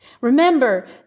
Remember